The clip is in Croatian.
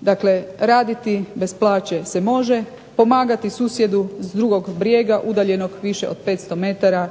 Dakle, raditi bez plaće se može, pomagati susjedu s drugog brijega udaljenog više od 500 metara